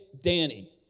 Danny